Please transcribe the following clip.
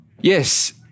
yes